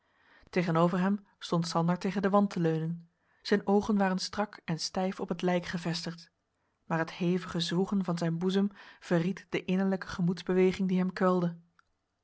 tegenover hem stond sander tegen den wand te leunen zijn oogen waren strak en stijf op het lijk gevestigd maar het hevige zwoegen van zijn boezem verried de innerlijke gemoedsbeweging die hem kwelde